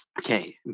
okay